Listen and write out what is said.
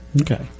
Okay